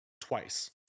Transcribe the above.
twice